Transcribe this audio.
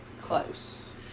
close